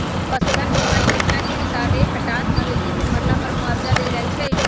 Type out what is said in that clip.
पशु धन बीमा जोजना के हिसाबे हटात मवेशी के मरला पर मुआवजा देल जाइ छइ